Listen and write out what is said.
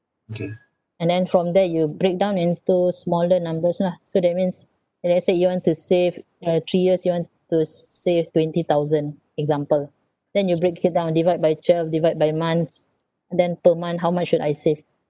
and then from there you break down into smaller numbers lah so that means K let's say you want to save uh three years you want to s~ save twenty thousand example then you break it down divide by twelve divide by months then per month how much should I save